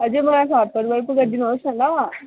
हजुर मलाई सर्टकट घर पुर्याइदिनु होस् न ल